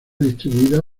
distribuida